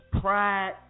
pride